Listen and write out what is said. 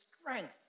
strength